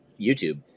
YouTube